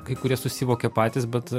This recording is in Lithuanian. kai kurie susivokia patys bet